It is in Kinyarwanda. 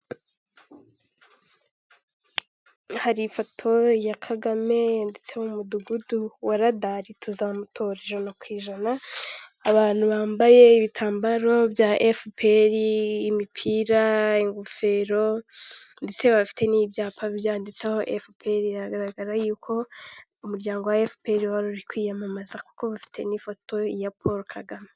Hari ifoto ya Kagame yanditse mu mudugudu wa radari tuzamutora ijana kw'ijana, abantu bambaye ibitambaro bya FPR imipira, ingofero ndetse bafite n'ibyapa byanditseho FPR, biragaragara yuko umuryango wa FPR wari uri kwiyamamaza kuko bafite n'ifoto ya Paul Kagame.